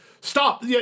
Stop